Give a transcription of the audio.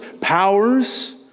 powers